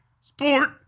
sport